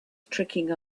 tricking